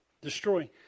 Destroy